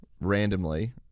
randomly